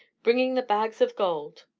bringing the bags of gold.